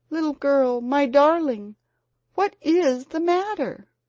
little girl my darling what is the matter?